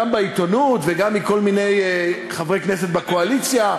גם בעיתונות וגם מכל מיני חברי כנסת בקואליציה,